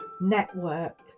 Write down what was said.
network